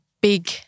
big